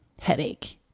headache